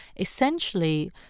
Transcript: essentially